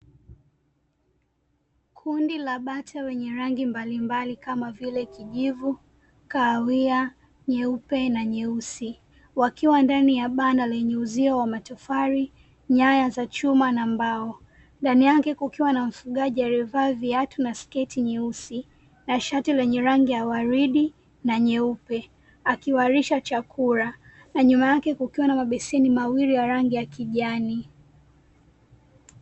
Kundi la bata wenye rangi mbalimbali kama vile kijivu, kahawia, nyeupe na nyeusi wakiwa ndani ya banda lenye uzio wa matofali, nyaya za chuma na mbao. Ndani yake kukiwa na mfugaji aliyevaa viatu na sketi nyeusi na shati lenye rangi ya waridi na nyeupe akiwalisha chakula, na nyuma yake kukiwa na mabeseni mawili ya rangi ya kijani.